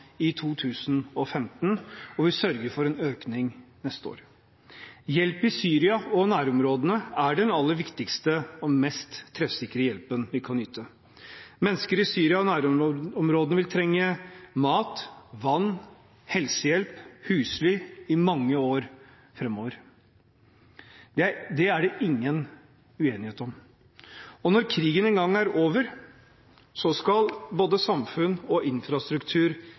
i 2015, og vi sørger for en økning neste år. Hjelp i Syria og nærområdene er den aller viktigste og mest treffsikre hjelpen vi kan yte. Mennesker i Syria og nærområdene vil trenge mat, vann, helsehjelp og husly i mange år framover. Det er det ingen uenighet om. Når krigen en gang er over, skal både samfunn og infrastruktur